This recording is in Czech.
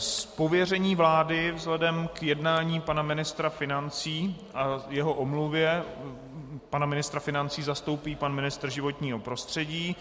Z pověření vlády vzhledem k jednání pana ministra financí a jeho omluvě pana ministra financí zastoupí pan ministr životního prostředí.